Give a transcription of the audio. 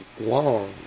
long